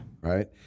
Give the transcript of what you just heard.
Right